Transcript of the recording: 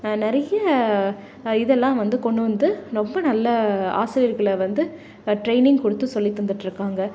நிறைய இதெல்லாம் வந்து கொண்டு வந்து ரொம்ப நல்ல ஆசிரியர்களை வந்து ட்ரைனிங் கொடுத்து சொல்லி தந்துட்டுருக்காங்க